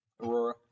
Aurora